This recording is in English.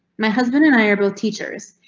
my husband and i are both teachers.